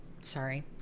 Sorry